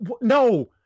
No